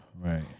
Right